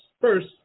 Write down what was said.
First